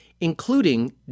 including